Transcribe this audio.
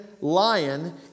Lion